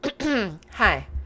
hi